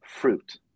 fruit